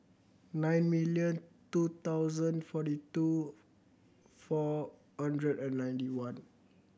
nine million two thousand forty two four hundred and ninety one